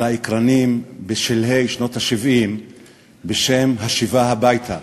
האקרנים בשלהי שנות ה-70 בשם "השיבה הביתה",